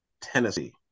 Tennessee